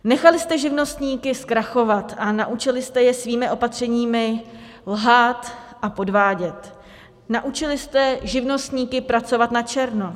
Nechali jste živnostníky zkrachovat a naučili jste je svými opatřeními lhát a podvádět, naučili jste živnostníky pracovat načerno.